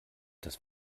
das